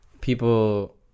people